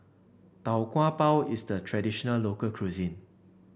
Tau Kwa Pau is the traditional local cuisine